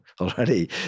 already